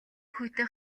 хүйтэн